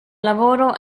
lavoro